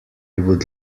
would